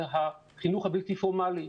זה החינוך הבלתי פורמלי.